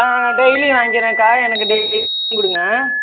daily வாங்கிறேங்க்கா எனக்கு டெய்லியும் கொடுங்க